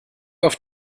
auf